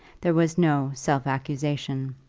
there was no self-accusation.